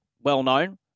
well-known